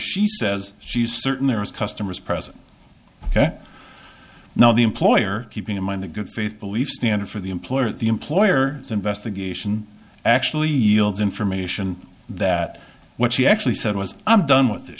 she says she's certain there is customers present ok now the employer keeping in mind the good faith belief standard for the employer the employer investigation actually yields information that what she actually said was i'm done with this